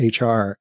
HR